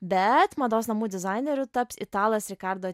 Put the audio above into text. bet mados namų dizaineriu taps italas rikardo